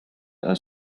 are